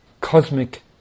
cosmic